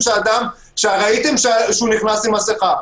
ראיתם שהוא נכנס עם מסיכה,